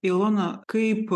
ilona kaip